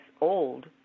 old